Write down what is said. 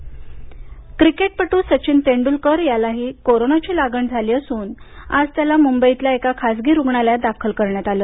सचिन तेंडलकर क्रिकेटपटू सचिन तेंडूलकर यांना कोरोनाची लागण झाली असून आज त्यांना मुंबईतल्या एका खासगी रुग्णालयात दाखल करण्यात आली